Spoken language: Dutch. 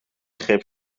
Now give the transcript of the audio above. greep